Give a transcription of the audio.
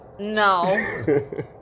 No